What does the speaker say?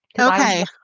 Okay